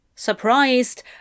Surprised